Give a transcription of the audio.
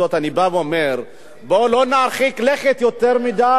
אני בא ואומר, בוא לא נרחיק לכת יותר מדי.